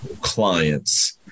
clients